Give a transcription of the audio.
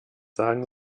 sagen